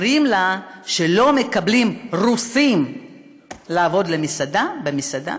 אומרים לה שלא מקבלים רוסים לעבוד במסעדה,